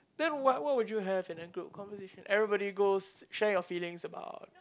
then what what would you have in a group conversation everybody goes share your feelings about